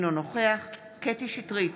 אינו נוכח קטי קטרין שטרית,